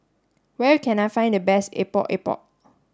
where can I find the best Epok Epok